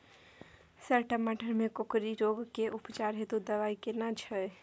Sir टमाटर में कोकरि रोग के उपचार हेतु दवाई केना छैय?